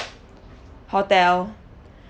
hotel